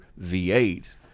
V8